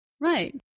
Right